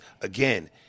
again